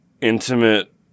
intimate